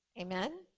Amen